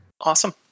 Awesome